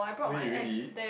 wait really